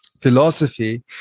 philosophy